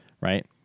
right